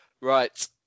Right